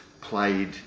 played